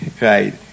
right